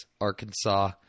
Arkansas